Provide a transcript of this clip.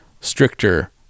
stricter